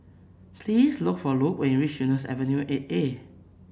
please look for Luke when you reach Eunos Avenue Eight A